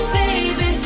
baby